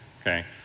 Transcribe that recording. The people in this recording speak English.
okay